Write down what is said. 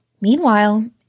Meanwhile